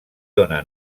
dóna